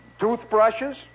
toothbrushes